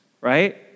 right